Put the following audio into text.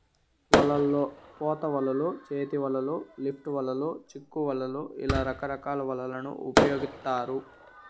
వలల్లో పోత వలలు, చేతి వలలు, లిఫ్ట్ వలలు, చిక్కు వలలు ఇలా రకరకాల వలలను ఉపయోగిత్తారు